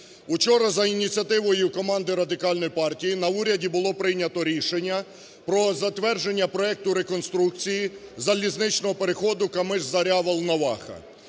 Учора за ініціативою команди Радикальної партії на уряді було прийнято рішення про затвердження проекту реконструкції залізничного переходу Камиш-Зоря-Волноваха.